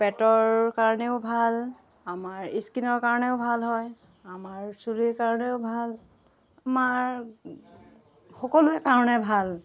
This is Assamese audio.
পেটৰ কাৰণেও ভাল আমাৰ স্কিনৰ কাৰণেও ভাল হয় আমাৰ চুলিৰ কাৰণেও ভাল আমাৰ সকলোৱে কাৰণে ভাল